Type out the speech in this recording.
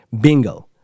Bingo